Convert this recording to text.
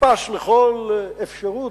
נתפס לכל אפשרות,